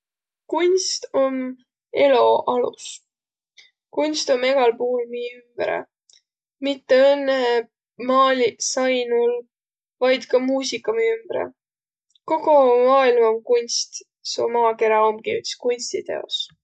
Kunst om elo alus. Kunst om egäl puul mi ümbre. Mitte õnnõ maaliq sainul, vaid ka muusika mi ümbre. Kogo mi maailm om kunst, seo maakerä omgi üts kunstiteos.